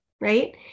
right